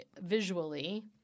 visually